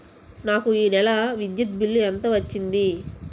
నాకు ఈ నెల విద్యుత్ బిల్లు ఎంత వచ్చింది?